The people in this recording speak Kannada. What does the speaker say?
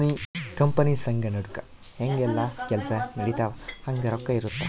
ಕಂಪನಿ ಸಂಘ ನಡುಕ ಹೆಂಗ ಯೆಲ್ಲ ಕೆಲ್ಸ ನಡಿತವ ಹಂಗ ರೊಕ್ಕ ಇರುತ್ತ